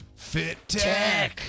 FitTech